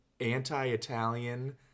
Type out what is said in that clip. anti-italian